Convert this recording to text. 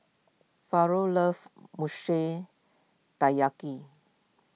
Faron loves Mochi Taiyaki